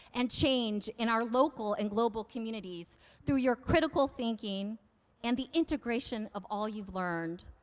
and change in our local and global communities through your critical thinking and the integration of all you've learned.